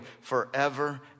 forever